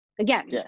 Again